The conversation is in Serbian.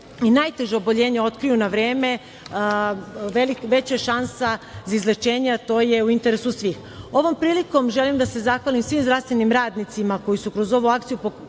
i najteža oboljenja otkriju na vreme veća je šansa za izlečenje, a to je u interesu svih. Ovom prilikom želim da se zahvalim svim zdravstvenim radnicima koji su kroz ovu akciju pokazali